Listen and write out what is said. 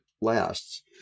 lasts